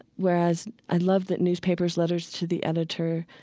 whereas, i love that newspapers, letters to the editor,